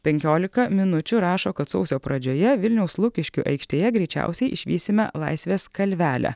penkiolika minučių rašo kad sausio pradžioje vilniaus lukiškių aikštėje greičiausiai išvysime laisvės kalvelę